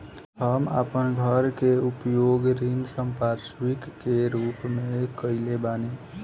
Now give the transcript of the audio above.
हम आपन घर के उपयोग ऋण संपार्श्विक के रूप में कइले बानी